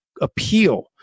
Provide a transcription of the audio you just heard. appeal